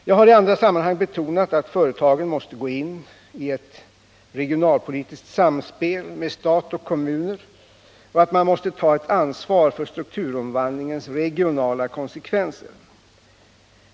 Jag har i andra sammanhang betonat att företagen måste gå in i ett regionalpolitiskt samspel med stat och kommuner och att de måste ta ett ansvar för strukturomvandlingens regionala konsekvenser.